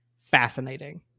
fascinating